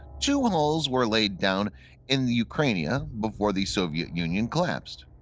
two and hulls were laid down in the ukrainia before the soviet union collapsed.